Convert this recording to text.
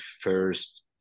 first